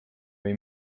või